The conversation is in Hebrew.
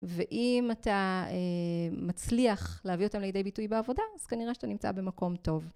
ואם אתה מצליח להביא אותם לידי ביטוי בעבודה, אז כנראה שאתה נמצא במקום טוב.